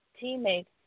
teammates